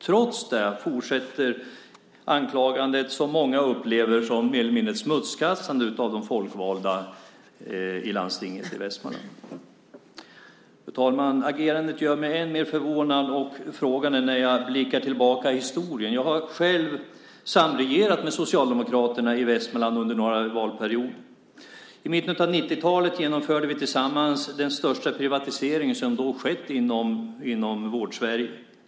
Trots det fortsätter det anklagande som många upplever mer eller mindre som ett smutskastande av de folkvalda i Västmanlands läns landsting. Fru talman! Agerandet gör mig ännu mer förvånad och frågande när jag blickar tillbaka på historien. Jag har själv under någon valperiod samregerat med Socialdemokraterna i Västmanland. I mitten av 90-talet genomförde vi tillsammans den största privatiseringen då i Vård-Sverige.